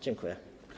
Dziękuję.